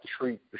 treat